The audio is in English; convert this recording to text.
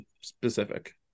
specific